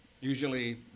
usually